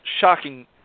shocking